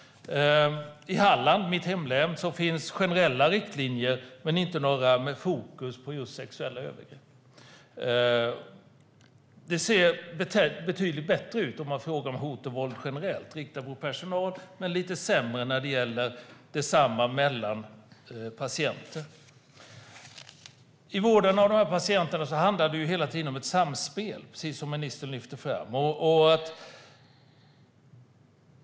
I mitt hemlän Halland finns generella riktlinjer, men inte några med fokus på just sexuella övergrepp. Det ser betydligt bättre ut om man frågar om hot och våld generellt riktat mot personal, men lite sämre när det gäller detsamma mellan patienter. I vården av dessa patienter handlar det hela tiden om ett samspel, precis som ministern lyfte fram.